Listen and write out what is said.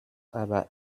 aber